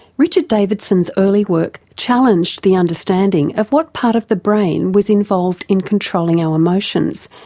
richard davidson's early work challenged the understanding of what part of the brain was involved in controlling our emotions.